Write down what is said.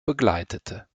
begleitete